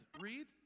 read